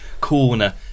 corner